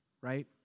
right